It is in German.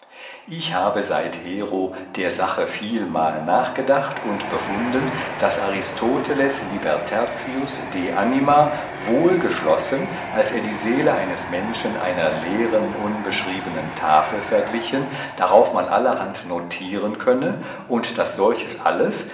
ich habe seithero der sache vielmal nachgedacht und befunden daß aristoteles liber tertius die anima wohl geschlossen als er die seele eines menschen einer leeren unbeschriebenen tafel verglichen darauf man allerhand notieren könne und daß solches alles